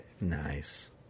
nice